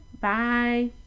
Bye